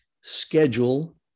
schedule